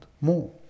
more